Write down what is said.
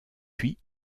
puis